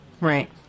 Right